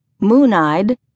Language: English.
moon-eyed